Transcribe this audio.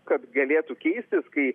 kad galėtų keistis kai